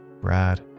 brad